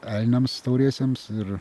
elniams tauriesiems ir